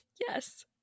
yes